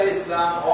Islam